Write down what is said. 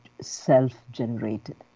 self-generated